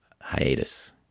hiatus